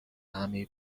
همه